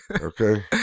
Okay